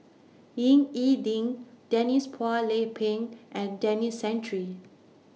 Ying E Ding Denise Phua Lay Peng and Denis Santry